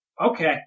Okay